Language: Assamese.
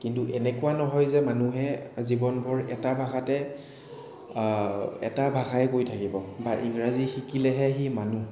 কিন্তু এনেকুৱা নহয় যে মানুহে জীৱনভৰ এটা ভাষাতে এটা ভাষাই কৈ থাকিব বা ইংৰাজী শিকিলেহে সি মানুহ